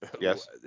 Yes